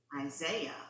Isaiah